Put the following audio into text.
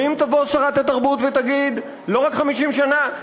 ואם תבוא שרת התרבות ותגיד: לא רק 50 שנה,